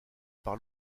par